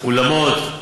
אולמות.